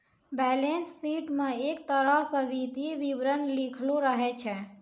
balance sheet म एक तरह स वित्तीय विवरण लिखलो रहै छै